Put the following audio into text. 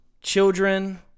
children